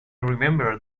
remember